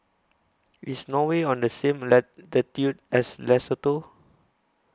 IS Norway on The same latitude as Lesotho